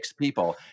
people